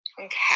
Okay